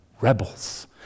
rebels